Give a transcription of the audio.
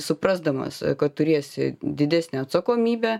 suprasdamas kad turėsi didesnę atsakomybę